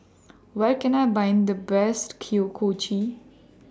Where Can I Buy The Best Kuih Kochi